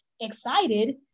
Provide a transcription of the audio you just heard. excited